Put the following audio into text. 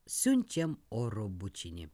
siunčiam oro bučinį